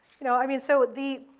you know, i mean, so the